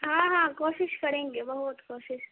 ہاں ہاں کوشش کریں گے بہت کوشش